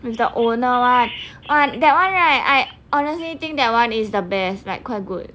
with the owner [one] oh that one right I honestly think that one is the best like quite good